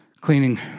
cleaning